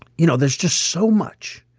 you know, there's just so much.